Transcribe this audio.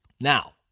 Now